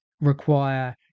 require